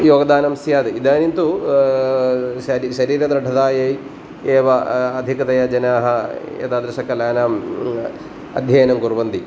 योगदानं स्यात् इदानीं तु शरि शरीरदृढतायै एव अधिकतया जनाः एतादृश कलानाम् अध्ययनं कुर्वन्ति